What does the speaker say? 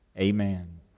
Amen